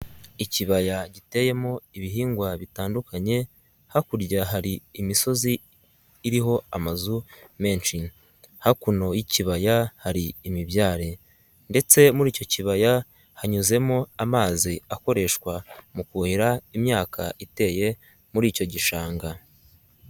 Ikibaya giteyemo ibihingwa bitandukanye, hakurya hari imisozi iriho amazu menshi, hakuno y'ikibaya hari imibyare ndetse muri icyo kibaya hanyuzemo amazi akoreshwa mu kuhira imyaka iteye muri icyo gishanga.